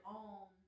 own